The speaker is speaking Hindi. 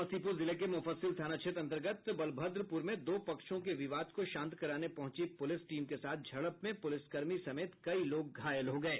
समस्तीपुर जिले के मुफस्सिल थाना क्षेत्र अन्तर्गत बलभद्रपुर में दो पक्षों के विवाद को शांत कराने पहुंची पुलिस टीम के साथ झड़प में पुलिसकर्मी समेत कई लोग घायल हो गये